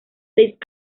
seis